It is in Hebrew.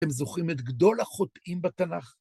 אתם זוכרים את גדול החוטאים בתנ״ך?